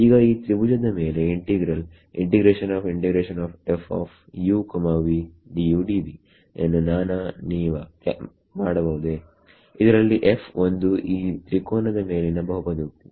ಈಗ ಈ ತ್ರಿಭುಜದ ಮೇಲೆ ಇಂಟಿಗ್ರಲ್ ಯನ್ನು ನಾನಾ ನೀವಾ ಮಾಡಬಹುದೇಇದರಲ್ಲಿ f ಒಂದು ಈ ತ್ರಿಕೋನದ ಮೇಲಿನ ಬಹುಪದೋಕ್ತಿ